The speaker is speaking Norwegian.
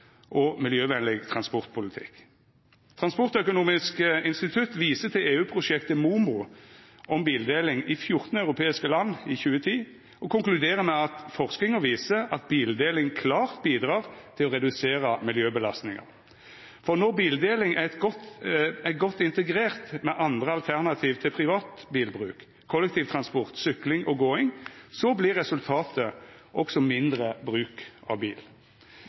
og miljøvenleg transportpolitikk. Transportøkonomisk institutt viser til EU-prosjektet Momo, om bildeling i 14 europeiske land i 2010, og dei konkluderer med at forskinga viser at bildeling klart bidrar til å redusera miljøbelastingar, for når bildeling er godt integrert med andre alternativ til privatbilbruk – kollektivtransport, sykling og gåing – vert resultatet også mindre bruk av bil.